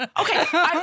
Okay